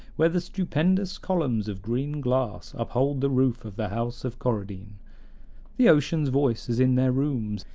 where the stupendous columns of green glass uphold the roof of the house of coradine the ocean's voice is in their rooms,